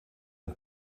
een